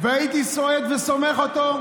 והייתי סועד וסומך אותו.